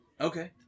Okay